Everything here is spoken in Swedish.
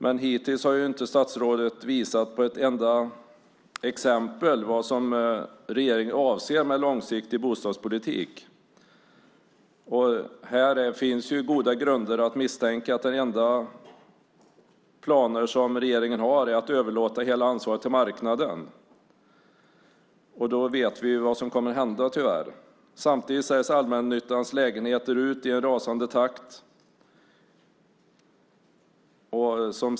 Men hittills har inte statsrådet visat ett enda exempel på vad regeringen avser med långsiktig bostadspolitik. Här finns goda grunder att misstänka att de enda planer regeringen har är att överlåta hela ansvaret till marknaden. Då vet vi vad som kommer att hända, tyvärr. Samtidigt säljs allmännyttans lägenheter ut i en rasande takt.